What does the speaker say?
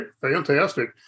fantastic